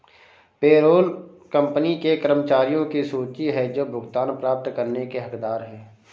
payroll company के कर्मचारियों की सूची है जो भुगतान प्राप्त करने के हकदार हैं